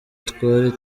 twari